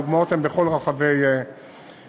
והדוגמאות הן בכל רחבי הארץ,